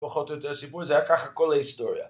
פחות או יותר הסיפור הזה היה ככה כל ההיסטוריה